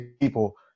people